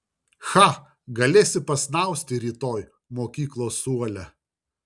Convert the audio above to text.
cha galėsi pasnausti rytoj mokyklos suole